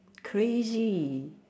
crazy